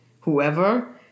whoever